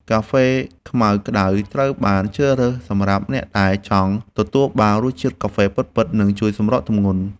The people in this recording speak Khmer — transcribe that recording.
កាហ្វេខ្មៅក្ដៅ ត្រូវបានជ្រើសរើសសម្រាប់អ្នកដែលចង់ទទួលបានរសជាតិកាហ្វេពិតៗ និងជួយសម្រកទម្ងន់។